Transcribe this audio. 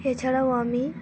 এছাড়াও আমি